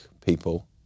people